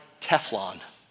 Teflon